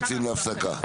יוצאים להפסקה.